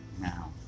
Now